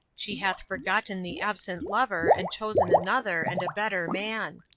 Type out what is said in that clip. she hath forgotten the absent lover, and chosen another, and a better man.